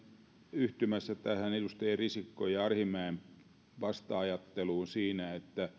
yhtymässä tähän edustajien risikko ja arhinmäen vasta ajatteluun siinä